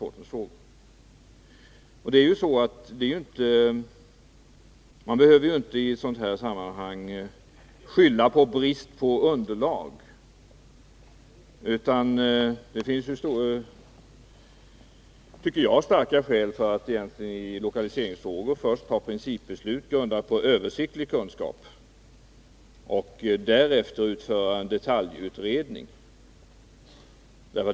I ett sådant här sammanhang behöver man inte skylla på brist på underlag. Det finns, tycker jag, starka skäl att när det gäller lokaliseringsfrågor först ta principbeslut grundade på översiktlig kunskap och därefter utföra en detaljutredning.